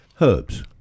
Herbs